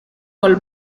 col